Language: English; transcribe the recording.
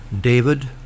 David